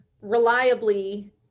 reliably